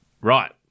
Right